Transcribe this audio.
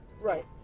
Right